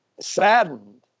saddened